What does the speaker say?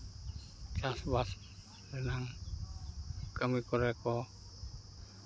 ᱪᱟᱥᱵᱟᱥ ᱨᱮᱱᱟᱜ ᱠᱟᱹᱢᱤ ᱠᱚᱨᱮ ᱠᱚ